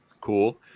cool